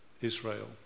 Israel